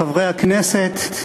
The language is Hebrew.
חברי הכנסת,